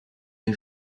des